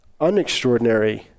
unextraordinary